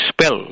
spell